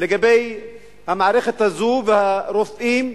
לגבי המערכת הזאת והרופאים,